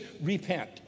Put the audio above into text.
repent